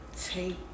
take